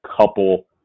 couple